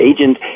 agent